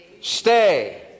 stay